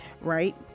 right